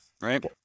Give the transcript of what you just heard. right